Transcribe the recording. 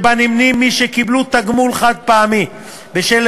שעמה נמנים מי שקיבלו תגמול חד-פעמי בשל